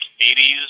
80s